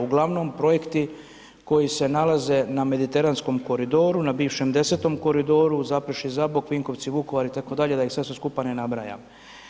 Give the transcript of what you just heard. Uglavnom projekti koji se nalaze na Mediteranskom koridoru, na bivšem 10. koridoru, Zaprešić-Zabok, Vinkovci-Vukovar, itd., da ih sad sve skupa ne nabrajam.